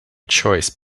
choice